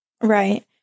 Right